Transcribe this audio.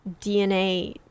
DNA